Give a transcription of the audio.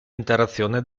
interazione